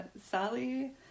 Sally